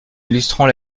illustrant